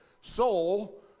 Soul